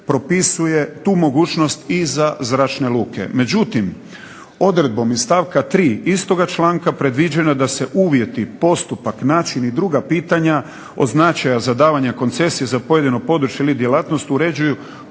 propisuje tu mogućnost i za zračne luke. Međutim, odredbom iz stavka 3. istoga članka predviđeno je da se uvjeti, postupak, način i druga pitanja označe za davanje koncesije za pojedino područje ili djelatnost uređuju